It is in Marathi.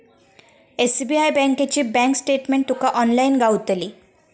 एस.बी.आय बँकेची बँक स्टेटमेंट तुका ऑनलाईन गावतली